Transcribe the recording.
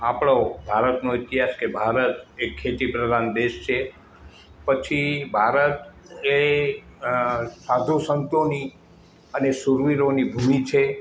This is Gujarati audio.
આપણો ભારતનો ઇતિહાસ કે ભારત એ ખેતીપ્રધાન દેશ છે પછી ભારત એ અં સાધુ સંતોની અને શુરવીરોની ભૂમિ છે